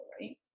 right